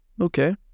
Okay